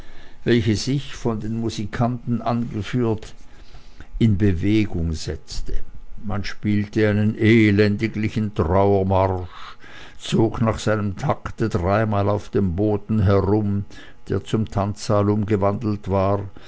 welche sich von den musikanten angeführt in bewegung setzte man spielte einen elendiglichen trauermarsch zog nach seinem takte dreimal auf dem boden herum der zum tanzsaal umgewandelt war